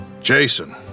Jason